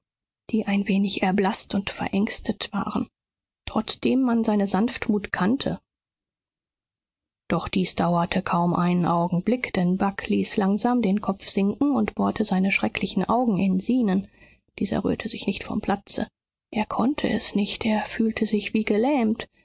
die ein wenig erblaßt und verängstet waren trotzdem man seine sanftmut kannte doch dies dauerte kaum einen augenblick denn bagh ließ langsam den kopf sinken und bohrte seine schrecklichen augen in zenon dieser rührte sich nicht vom platze er konnte es nicht er fühlte sich wie gelähmt